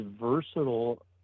versatile